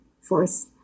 force